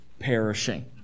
perishing